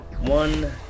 one